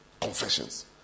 Confessions